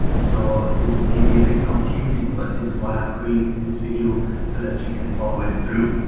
so this may be a bit confusing, but this is why i'm creating this video so that you can follow it through.